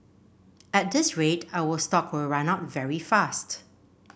at this rate our stock will run out very fast